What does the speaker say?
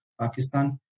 Pakistan